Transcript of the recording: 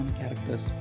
characters